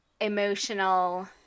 emotional